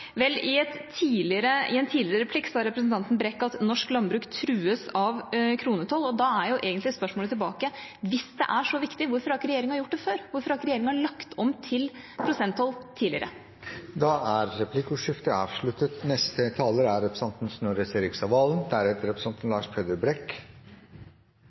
Vel, i en tidligere replikk sa representanten Brekk at norsk landbruk trues av kronetoll. Da er egentlig spørsmålet tilbake: Hvis det er så viktig, hvorfor har ikke regjeringa gjort det før? Hvorfor har ikke regjeringa lagt om til prosenttoll tidligere? Replikkordskiftet er avsluttet. Aller først, og det så vi jo et eksempel på tidligere i denne debatten, i en replikk fra representanten